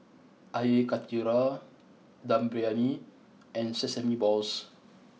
Air Karthira Dum Briyani and Sesame Balls